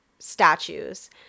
statues